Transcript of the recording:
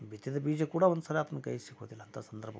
ಬಿತ್ತಿದ ಬೀಜ ಕೂಡ ಒಂದುಸಲ ಆತನ ಕೈಗೆ ಸಿಗುವುದಿಲ್ಲ ಅಂತ ಸಂದರ್ಭ ಬಂದಾಗ